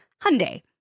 Hyundai